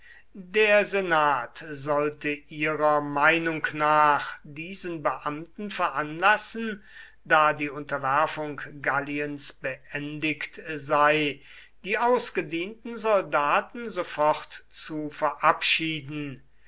der senat sollte ihrer meinung nach diesen beamten veranlassen da die unterwerfung galliens beendigt sei die ausgedienten soldaten sofort zu verabschieden